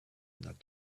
not